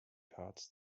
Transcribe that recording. cards